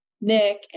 Nick